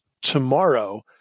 tomorrow